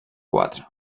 quatre